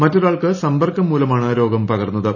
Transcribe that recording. മറ്റൊരാൾക്ക് സമ്പർക്കം മൂലമാണ് രോഗം പകർന്നത്